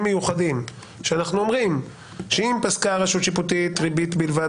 מיוחדים שאנחנו אומרים שאם פסקה רשות שיפוטית ריבית בלבד,